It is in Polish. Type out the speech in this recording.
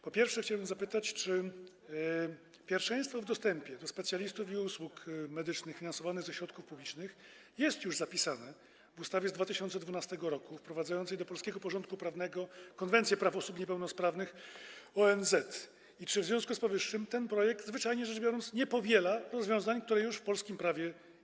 Po pierwsze, chciałbym zapytać, gdyż pierwszeństwo w dostępie do specjalistów i usług medycznych finansowanych ze środków publicznych jest już zapisane w ustawie z 2012 r., wprowadzającej do polskiego porządku prawnego Konwencję Praw Osób Niepełnosprawnych ONZ, czy w związku z powyższym ten projekt, zwyczajnie rzecz biorąc, nie powiela rozwiązań, które istnieją już w polskim prawie?